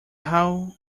how